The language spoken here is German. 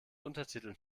untertiteln